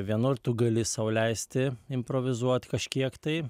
vienur tu gali sau leisti improvizuoti kažkiek tai